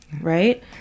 right